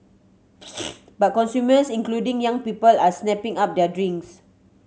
but consumers including young people are snapping up their drinks